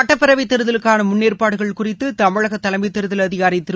சுட்டப்பேரவை தேர்தலுக்கான முன்னேற்பாடுகள் குறித்து தமிழக தலைமைத் தேர்தல் அதிகாரி திரு